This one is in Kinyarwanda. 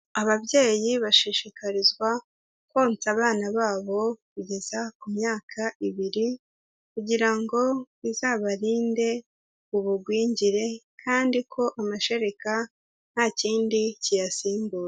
Ababyeyi bashishikarizwa konsa abana babo, kugeza ku myaka ibiri kugira ngo bizabarinde ubugwingire kandi ko amashereka nta kindi kiyasimbura.